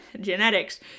genetics